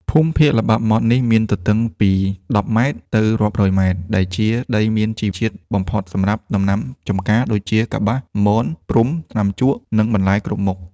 ភូមិភាគល្បាប់ម៉ត់នេះមានទទឹងពី ១០ ម៉ែត្រ ទៅរាប់រយម៉ែត្រ ដែលជាដីមានជីជាតិបំផុតសម្រាប់ដំណាំចំការ ដូចជាកប្បាស មន ព្រំ ថ្នាំជក់ និងបន្លែគ្រប់មុខ។